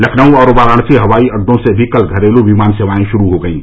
लखनऊ और वाराणसी हवाई अड्डों से भी कल घरेलू विमान सेवाएं शुरू हो गयीं